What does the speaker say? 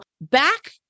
back